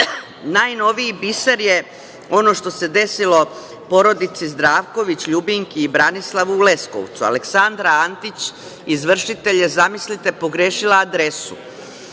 dinara. Najnoviji biser je ono što se desilo porodici Zdravković, Ljubinki i Branislavu u Leskovcu. Aleksandra Antić, izvršitelj, je, zamislite, pogrešila adresu.